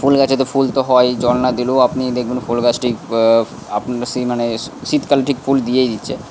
ফুল গাছে তো ফুল তো হয়ই জল না দিলেও আপনিই দেখবেন ফুল গাছটি আপনি সেই মানে শীতকাল ঠিক ফুল দিয়েই দিচ্ছে